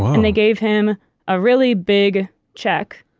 and they gave him a really big check,